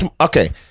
Okay